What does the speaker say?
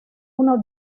uno